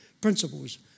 principles